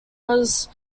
was